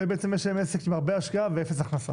ובעצם יש להם עסק עם הרבה השקעה ועם אפס הכנסה.